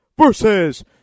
versus